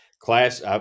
class